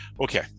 okay